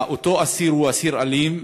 אותו אסיר הוא אסיר אלים,